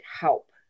help